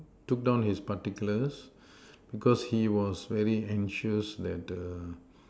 took down his particulars because he was very anxious that err